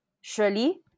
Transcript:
Surely